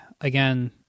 again